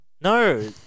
No